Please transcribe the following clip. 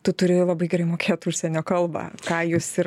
tu turi labai gerai mokėt užsienio kalbą ką jūs ir